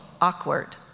awkward